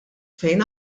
fejn